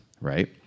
right